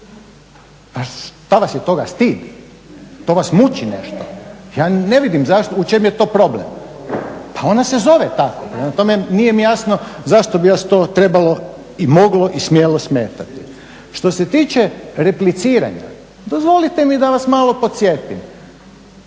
Pa što vas je toga stid? To vas muči nešto? Ja ne vidim u čemu je to problem. Pa ona se zove tako. Prema tome, nije mi jasno zašto bi vas to trebalo i moglo i smjelo smetati. Što se tiče repliciranja, dozvolite mi da vas malo podsjetim,